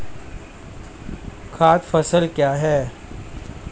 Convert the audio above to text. खाद्य फसल क्या है?